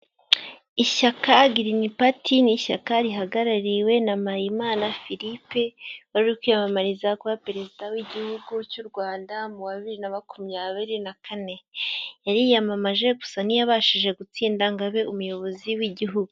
Ishyaka Girini pati ni ishyaka rihagarariwe na MPAYIMANA Philippe, wari uri kwiyamamariza kuba perezida w'igihugu cy'u Rwanda mu wa bibiri na makumyabiri na kane, yari yiyamamaje gusa ntiyabashije gutsinda ngo abe umuyobozi w'igihugu.